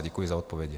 Děkuji za odpovědi.